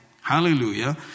Hallelujah